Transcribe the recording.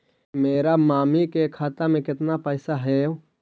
मेरा मामी के खाता में कितना पैसा हेउ?